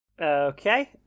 Okay